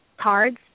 cards